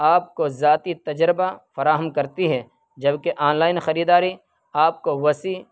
آپ کو ذاتی تجربہ فراہم کرتی ہے جب کہ آن لائن خریداری آپ کو وسیع